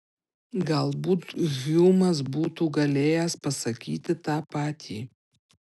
galbūt hjumas būtų galėjęs pasakyti tą patį